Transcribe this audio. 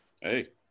Hey